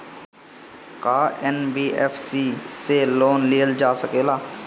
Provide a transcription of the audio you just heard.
का एन.बी.एफ.सी से लोन लियल जा सकेला?